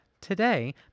Today